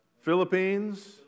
Philippines